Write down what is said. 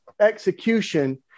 execution